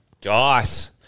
guys